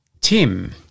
Tim